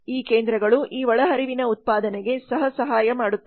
ಈ ಕೇಂದ್ರಗಳು ಈ ಒಳಹರಿವಿನ ಉತ್ಪಾದನೆಗೆ ಸಹ ಸಹಾಯ ಮಾಡುತ್ತವೆ